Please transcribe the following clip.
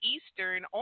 Eastern